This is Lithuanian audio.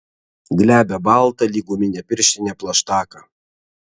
glebią baltą lyg guminė pirštinė plaštaką